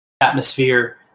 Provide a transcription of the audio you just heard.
atmosphere